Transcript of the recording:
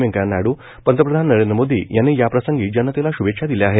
वेंकैया नायड् पंतप्रधान नरेंद्र मोदी यांनी याप्रसंगी जनतेला शुभेच्छा दिल्या आहेत